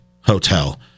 hotel